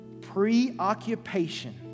preoccupation